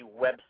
website